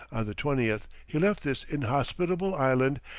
the twentieth he left this inhospitable island,